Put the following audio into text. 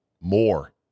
more